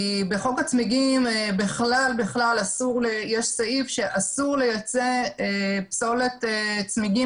בחוק הצמיגים יש סעיף שאסור לייצא פסולת צמיגים